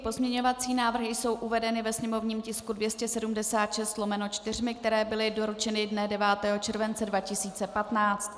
Pozměňovací návrhy jsou uvedeny ve sněmovním tisku 276/4, který byl doručen dne 9. července 2015.